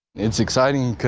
it's exciting